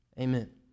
Amen